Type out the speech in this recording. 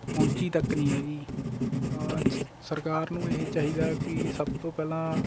ਪਹੁੰਚੀ ਤੱਕ ਨਹੀਂ ਹੈਗੀ ਤਾਂ ਸਰਕਾਰ ਨੂੰ ਇਹ ਚਾਹੀਦਾ ਕਿ ਸਭ ਤੋਂ ਪਹਿਲਾਂ